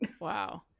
wow